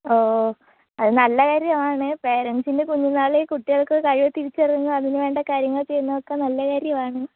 ഓ അത് നല്ല കാര്യമാണ് പേരൻസിന്റെ കുഞ്ഞ് നാളിൽ കുട്ടികൾക്ക് കഴിവ് തിരിച്ചറിഞ്ഞ് അതിന് വേണ്ട കാര്യങ്ങൾ ചെയ്യുന്നതൊക്കെ നല്ല കാര്യമാണ്